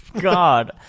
God